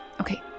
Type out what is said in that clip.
okay